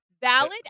valid